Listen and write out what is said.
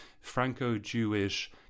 Franco-Jewish